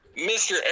Mr